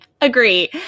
agree